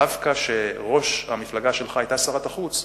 דווקא כשראש המפלגה שלך היתה שרת החוץ,